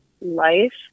life